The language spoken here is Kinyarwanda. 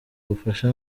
ubufasha